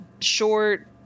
short